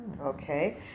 okay